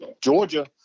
Georgia